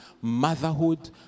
motherhood